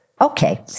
Okay